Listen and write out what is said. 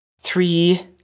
three